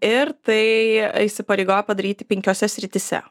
ir tai įsipareigojo padaryti penkiose srityse